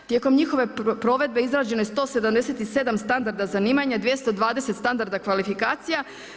Tijekom njihove provedbe izrađeno je 177 standarda zanimanja, 220 standarda kvalifikacija.